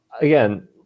again